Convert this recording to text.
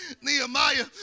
Nehemiah